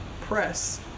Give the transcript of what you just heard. Press